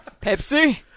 Pepsi